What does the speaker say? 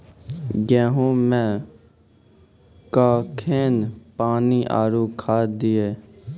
गेहूँ मे कखेन पानी आरु खाद दिये?